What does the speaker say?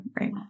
Right